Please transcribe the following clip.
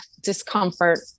discomfort